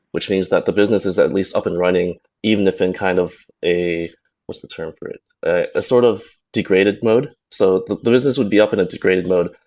which means that the business is at least up and running even if in kind of a what's the term for it? a sort of degraded mode. so the the would be up in a degraded mode,